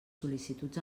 sol·licituds